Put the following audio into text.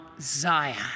Zion